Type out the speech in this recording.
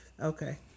okay